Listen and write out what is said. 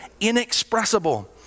inexpressible